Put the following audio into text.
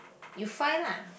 you find lah